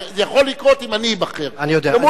וזה יכול לקרות אם אני אבחר אני יודע.